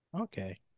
Okay